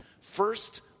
First